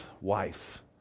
wife